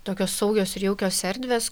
tokios saugios ir jaukios erdvės